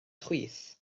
chwith